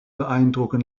beeindrucken